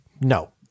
No